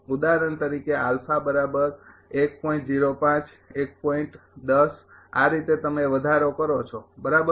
ઉદાહરણ તરીકે આ રીતે તમે વધારો કરો છો બરાબર